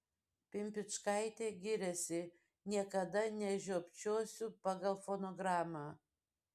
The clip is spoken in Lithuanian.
pimpičkaitė giriasi niekada nežiopčiosiu pagal fonogramą